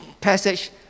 passage